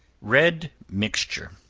red mixture.